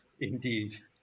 indeed